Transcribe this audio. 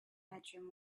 bedroom